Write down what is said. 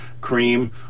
cream